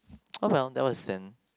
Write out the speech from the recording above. oh well that was then